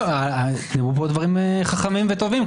נאמרו בו דברים חכמים וטובים.